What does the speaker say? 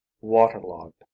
waterlogged